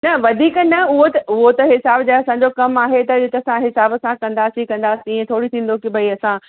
न वधीक न उहो त उहो त हिसाब जो असांजो कमु आहे त इहो त असां हिसाब सां कंदासीं कंदासीं ईअं थोरी थींदो की भई असां